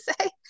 say